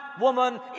woman